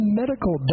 medical